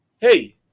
Hey